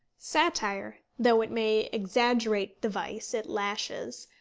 satire, though it may exaggerate the vice it lashes,